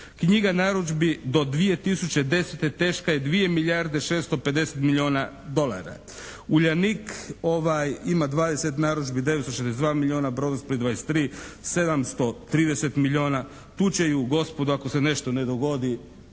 Knjiga narudžbi do 2010. teška je 2 milijarde 650 milijuna dolara. "Uljanik" ima 20 narudžbi, 962 milijuna, "Brodosplit" 23, 730 milijuna, tu će ju gospodo ako se nešto ne dogodi